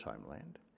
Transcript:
homeland